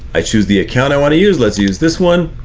i choose the account i want to use, let's use this one.